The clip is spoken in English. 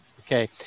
okay